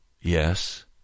Yes